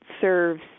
serves